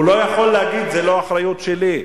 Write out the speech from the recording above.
הוא לא יכול להגיד: זאת לא אחריות שלי.